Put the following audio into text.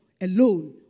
alone